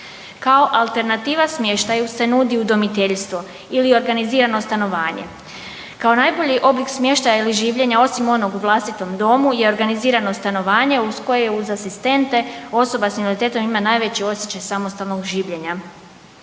Kao alternativa smještaju se nudi udomiteljstvo ili organizirano stanovanje. Kao najbolji oblik smještaja ili življenja osim onog u vlastitom domu je organizirano stanovanje uz koje uz asistente osoba s invaliditetom ima najveći osjećaj samostalnog življenja.